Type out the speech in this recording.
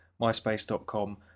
myspace.com